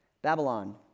Babylon